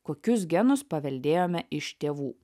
kokius genus paveldėjome iš tėvų